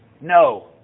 No